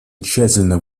тщательно